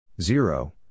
zero